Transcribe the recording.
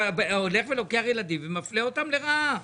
אתה לוקח ילדים ומפלה אותם לרעה.